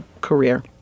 career